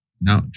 No